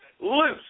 loose